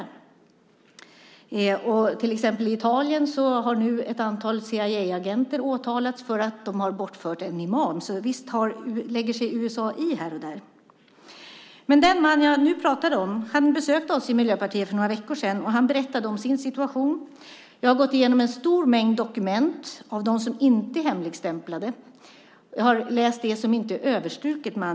I Italien till exempel har nu ett antal CIA-agenter åtalats för att de har bortfört en imam, så visst lägger sig USA i här och där. Den man som jag nu pratar om besökte oss i Miljöpartiet för några veckor sedan. Han berättade om sin situation. Jag har gått igenom en stor mängd dokument av dem som inte är hemligstämplade. Jag har med andra ord läst det som inte är överstruket.